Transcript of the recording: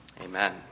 Amen